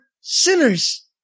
sinners